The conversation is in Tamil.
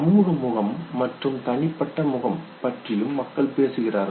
சமூக முகம் மற்றும் தனிப்பட்ட முகம் பற்றியும் மக்கள் பேசுகிறார்கள்